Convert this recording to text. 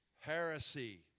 heresy